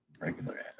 regular